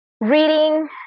reading